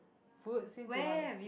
food since you like